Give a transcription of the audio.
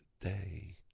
day